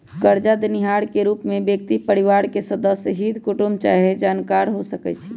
करजा देनिहार के रूप में व्यक्ति परिवार के सदस्य, हित कुटूम चाहे जानकार हो सकइ छइ